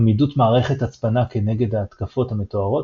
עמידות מערכת הצפנה כנגד ההתקפות המתוארות